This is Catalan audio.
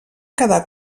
quedar